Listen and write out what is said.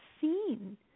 seen